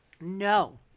No